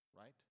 right